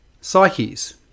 psyches